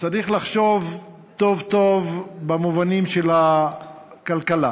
צריך לחשוב טוב טוב במובנים של הכלכלה,